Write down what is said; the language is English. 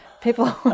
people